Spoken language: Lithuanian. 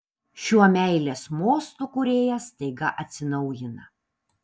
šiuo meilės mostu kūrėjas staiga atsinaujina